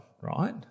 right